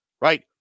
right